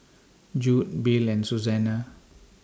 Jude Bill and Susana